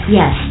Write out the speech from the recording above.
Yes